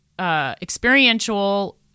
experiential